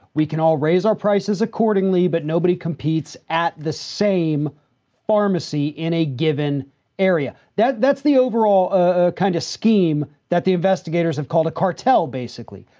we can all raise our prices accordingly. but nobody competes at the same pharmacy in a given area. that that's the overall ah kind of scheme that the investigators have called a cartel basically.